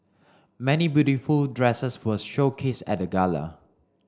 many beautiful dresses were showcased at the gala